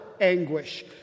anguish